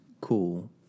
cool